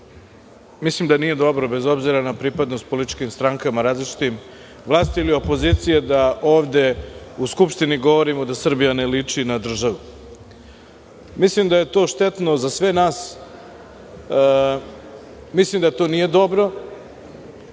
Mislim da nije dobro, bez obzira na pripadnost različitim političkim strankama, vlasti ili opozicije, da ovde u Skupštini govorimo da Srbija ne liči na državu. Mislim da je to štetno za sve nas, da to nije dobro,